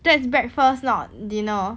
that's breakfast not dinner